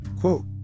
Quote